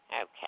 Okay